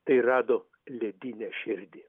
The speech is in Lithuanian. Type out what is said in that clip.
tai rado ledinę širdį